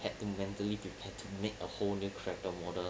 had to be mentally prepared to make a whole new character model